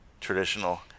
traditional